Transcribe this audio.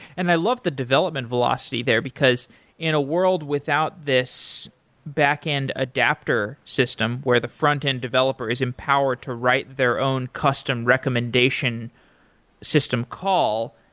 and i love the development velocity there, because in a world without this backend adaptor system where the frontend developer is empowered to write their own custom recommendation system call,